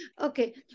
Okay